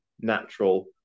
natural